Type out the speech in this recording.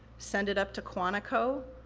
send it up to quantico,